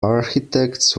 architects